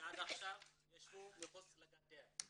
שעד עכשיו ישבו מחוץ לגדר.